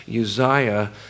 Uzziah